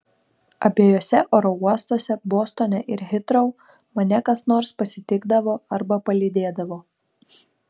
abiejuose oro uostuose bostone ir hitrou mane kas nors pasitikdavo arba palydėdavo